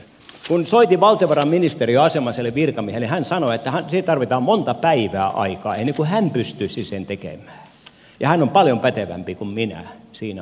kun soitin valtiovarainministeriöön asianomaiselle virkamiehelle hän sanoi että siihen tarvitaan monta päivää aikaa ennen kuin hän pystyisi sen tekemään ja hän on paljon pätevämpi kuin minä siinä asiassa